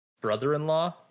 brother-in-law